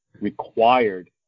required